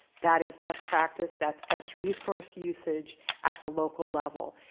that is best practice. that's best resource usage at the local level.